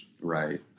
Right